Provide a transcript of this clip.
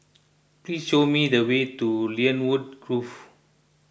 please show me the way to Lynwood Grove